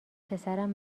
پسرم